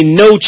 no